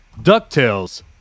DuckTales